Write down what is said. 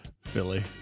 Philly